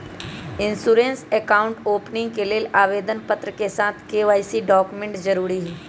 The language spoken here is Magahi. इंश्योरेंस अकाउंट ओपनिंग के लेल आवेदन पत्र के साथ के.वाई.सी डॉक्यूमेंट जरुरी हइ